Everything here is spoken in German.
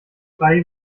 frei